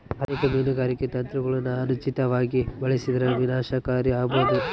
ಅನೇಕ ಮೀನುಗಾರಿಕೆ ತಂತ್ರಗುಳನ ಅನುಚಿತವಾಗಿ ಬಳಸಿದರ ವಿನಾಶಕಾರಿ ಆಬೋದು